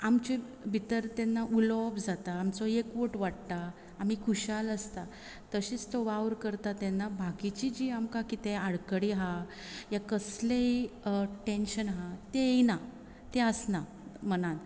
आमचे भितर तेन्ना उलोवप खूब जाता आमचो एकवोट वाडटा आमी खुशाल आसता तशेंच तो वावर करता तेन्ना बाकीची जी आमकां कितें आडकडी आसा कसलेय टेंशन आसा तें येना ते आसना मनान